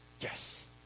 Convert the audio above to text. Yes